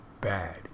bad